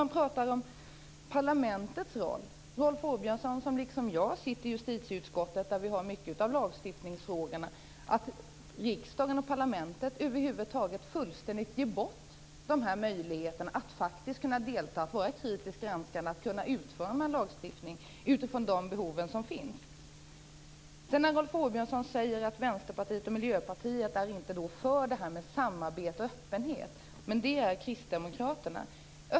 Man pratar om parlamentets roll. Rolf Åbjörnsson liksom jag sitter i justitieutskottet där vi har mycket av lagstiftningsfrågorna. Men riksdagen och parlamentet lämnar fullständigt bort möjligheten att delta, kritiskt granska och utforma en lagstiftning utifrån de behov som finns. Rolf Åbjörnsson säger att Vänsterpartiet och Miljöpartiet inte är för samarbete och öppenhet, men det är Kristdemokraterna.